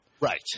Right